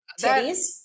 Titties